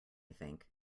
think